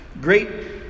great